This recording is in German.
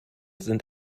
sind